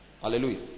Hallelujah